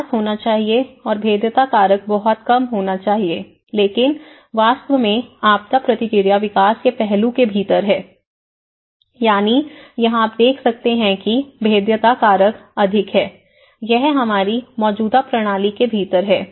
विकास होना चाहिए और भेद्यता कारक बहुत कम होना चाहिए लेकिन वास्तव में आपदा प्रतिक्रिया विकास के पहलू के भीतर है यानी यहां आप देखते हैं कि भेद्यता कारक अधिक है यह हमारी मौजूदा प्रणाली के भीतर है